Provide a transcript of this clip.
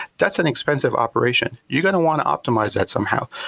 that's an expensive operation. you're going to want to optimize that somehow.